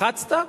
לחצת?